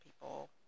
people